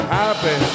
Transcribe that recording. happy